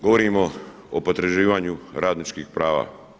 Govorimo o potraživanju radničkih prava.